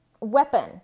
weapon